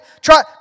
Try